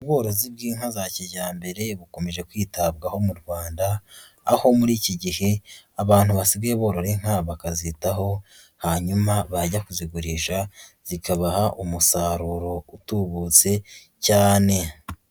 Ubworozi bw'inka za kijyambere bukomeje kwitabwaho mu Rwanda, aho muri iki gihe abantu basigaye borora inka bakazitaho, hanyuma bajya kuzigurisha zikabaha umusaruro utubutse cyane.